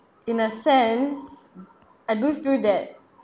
in a sense I do feel that